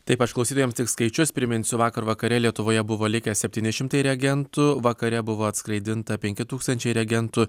taip aš klausytojams tik skaičius priminsiu vakar vakare lietuvoje buvo likę septyni šimtai reagentų vakare buvo atskraidinta penki tūkstančiai reagentų